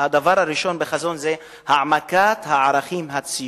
הדבר הראשון בחזון משרד החינוך זה העמקת הערכים הציוניים,